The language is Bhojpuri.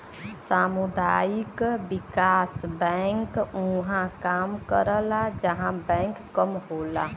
सामुदायिक विकास बैंक उहां काम करला जहां बैंक कम होला